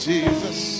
Jesus